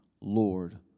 Lord